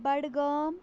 Budgam